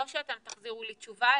לא שאתם תחזירו לי תשובה,